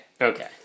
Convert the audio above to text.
Okay